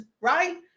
right